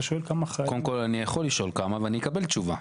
אתה שואל כמה חיילים --- אני יכול לשאול כמה ואני אקבל תשובה.